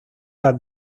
las